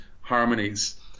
harmonies